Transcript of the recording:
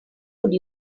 would